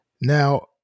Now